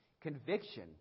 Conviction